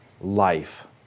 life